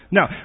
Now